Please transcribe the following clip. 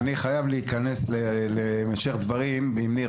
אני חייב להכנס להמשך הדברים עם ניר.